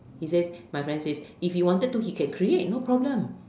he says my friends says if he wanted to he can create no problem